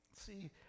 See